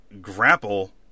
Grapple